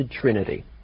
Trinity